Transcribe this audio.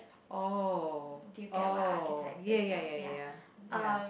oh oh ya ya ya ya ya